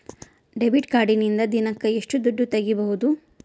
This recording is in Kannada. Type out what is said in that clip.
ಡೆಬಿಟ್ ಕಾರ್ಡಿನಿಂದ ದಿನಕ್ಕ ಎಷ್ಟು ದುಡ್ಡು ತಗಿಬಹುದು?